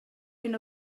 hyn